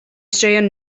straeon